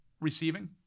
receiving